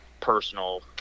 personal